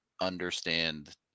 understand